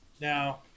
Now